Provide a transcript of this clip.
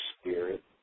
spirit